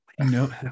No